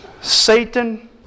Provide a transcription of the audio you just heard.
Satan